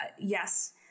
yes